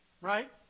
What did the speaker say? right